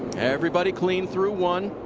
everybody clean through one.